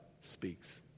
speaks